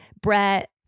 Brett